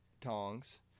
tongs